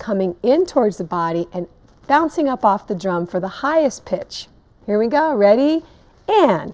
coming in towards the body and balancing up off the drum for the highest pitch here we go ready